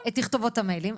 את תכתובות המיילים,